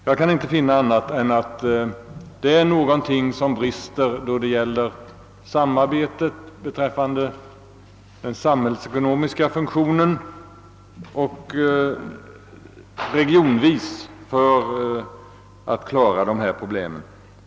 Jag kan inte finna annat än att det brister i samarbetet vid den statliga och regionala planeringen.